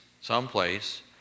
someplace